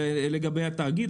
לגבי התאגיד.